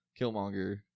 Killmonger